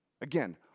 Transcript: Again